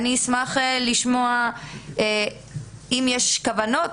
אני אשמח לשמוע אם יש כוונות,